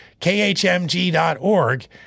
khmg.org